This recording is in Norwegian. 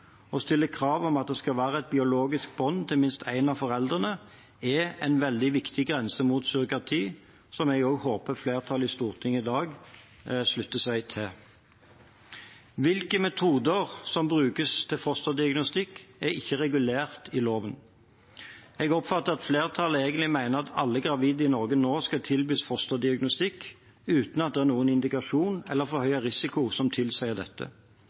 krav om at det skal være et biologisk bånd til minst én av foreldrene, er en veldig viktig grense mot surrogati som jeg også håper flertallet i Stortinget i dag slutter seg til. Hvilke metoder som brukes til fosterdiagnostikk, er ikke regulert i loven. Jeg oppfatter at flertallet egentlig mener at alle gravide i Norge nå skal tilbys fosterdiagnostikk uten at det er noen indikasjon eller forhøyet risiko som tilsier